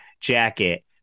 jacket